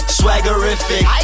swaggerific